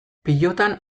pilotan